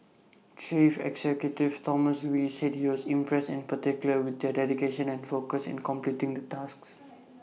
chief executive Thomas wee said he was impressed in particular with their dedication and focus in completing the tasks